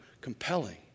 compelling